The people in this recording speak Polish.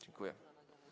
Dziękuję.